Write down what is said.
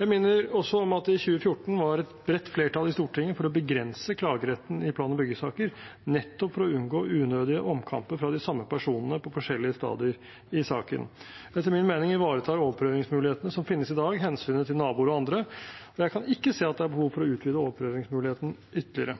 Jeg minner også om at det i 2014 var et bredt flertall i Stortinget for å begrense klageretten i plan- og byggesaker, nettopp for å unngå unødige omkamper fra de samme personene på forskjellige stadier i saken. Etter min mening ivaretar overprøvingsmulighetene som finnes i dag, hensynet til naboer og andre, og jeg kan ikke se at det er behov for å utvide overprøvingsmuligheten ytterligere.